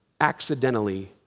accidentally